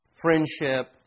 friendship